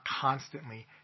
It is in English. constantly